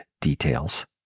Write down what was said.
details